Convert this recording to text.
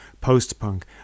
post-punk